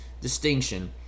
distinction